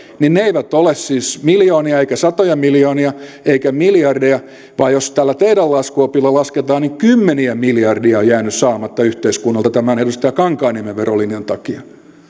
niin ne eivät ole siis miljoonia eivätkä satoja miljoonia eivätkä miljardeja vaan jos tällä teidän laskuopillanne lasketaan niin kymmeniä miljardeja on jäänyt saamatta yhteiskunnalta tämän edustaja kankaanniemen verolinjan takia